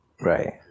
Right